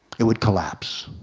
it would collapse.